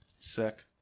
sick